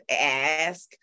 ask